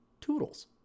Toodles